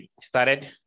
started